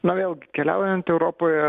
na jau keliaujant europoje